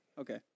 Okay